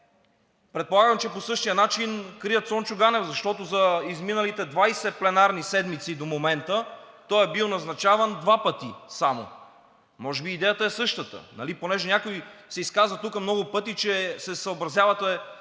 Предполагам, че по същия начин крият Цончо Ганев, защото за изминалите 20 пленарни седмици до момента той е бил назначаван два пъти само. Може би идеята е същата, понеже някой се изказа тук много пъти, че се съобразявате,